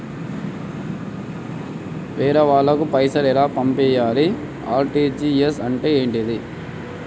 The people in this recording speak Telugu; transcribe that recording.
వేరే వాళ్ళకు పైసలు ఎలా పంపియ్యాలి? ఆర్.టి.జి.ఎస్ అంటే ఏంటిది?